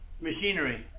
machinery